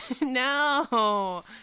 No